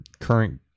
current